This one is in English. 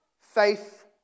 faith